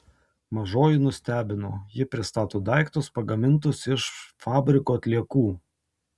mažoji nustebino ji pristato daiktus pagamintus iš fabriko atliekų